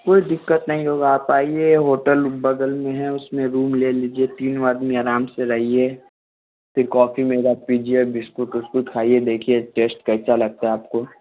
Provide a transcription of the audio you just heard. कोई दिक्कत नहीं होगा आप आइए होटल बगल में है उसमें रूम ले लीजिए तीनों आदमी आराम से रहिए फिर कॉफी मेरा पीजिए बिस्कुट उस्कुट खाइए देखिये टेस्ट कैसा लगता है आपको